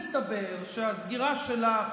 מסתבר שהסגירה שלך